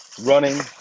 running